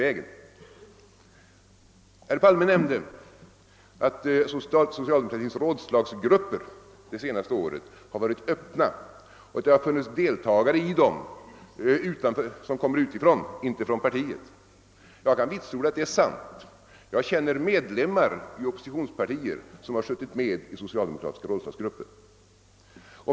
Herr Palme nämnde att socialdemokratins rådslagsgrupper under det senaste året har varit öppna och att somliga deltagare kommit utifrån och inte tillhört socialdemokratiska partiet. Jag kan vitsorda att detta är sant. Jag känner medlemmar i oppositionspartier som har suttit med i socialdemokratiska rådslagsgrupper.